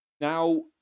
Now